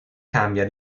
cambia